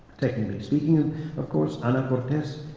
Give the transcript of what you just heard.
technically speaking, and of course, ana cortes,